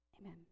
Amen